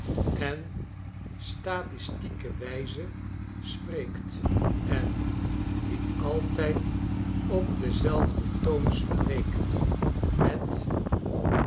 en statistieke wijze spreekt en die altijd op denzelfden toon spreekt met